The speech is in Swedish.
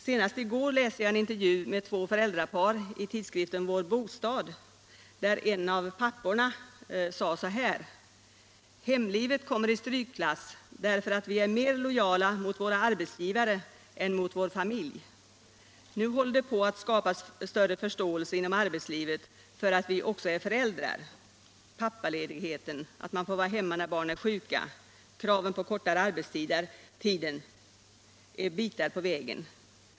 Senast i går läste jag en intervju med två föräldrapar i tidskriften Vår bostad, där en av papporna sade så här: ”Hemlivet kommer i strykklass, därför att vi är mer lojala mot våra arbetsgivare än mot vår familj. Nu håller det på att skapas större förståelse inom arbetslivet för att vi också är föräldrar — pappaledigheten, att man får vara hemma när barnen är sjuka, kraven på kortare arbetstid, är bitar på vägen.